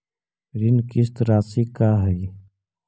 ऋण किस्त रासि का हई?